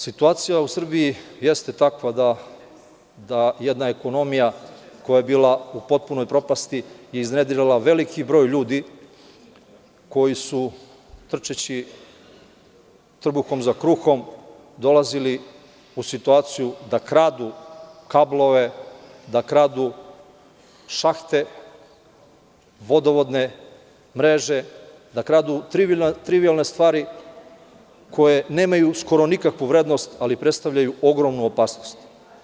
Situacija u Srbiji jeste takva, da jedna ekonomija koja je bila u potpunoj propasti i iznedrila veliki broj ljudi koji su trčeći trbuhom za kruhom dolazili u situaciju da kradu kablove, da kradu šahte, vodovodne mreže, da kradu trivijalne stvari koje nemaju skoro nikakvu vrednost ali predstavljaju ogromnu opasnost.